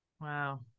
Wow